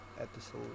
episode